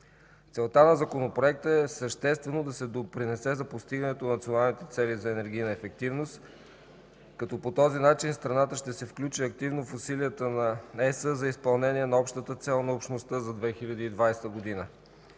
Целта на законопроекта е съществено да се допринесе за постигането на националните цели за енергийна ефективност, като по този начин страната ще се включи активно в усилията на ЕС за изпълнение на общата цел на общността за 2020 г.